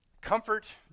comfort